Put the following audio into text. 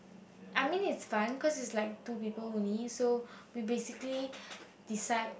I mean is fun cause its like two people only so we basically decide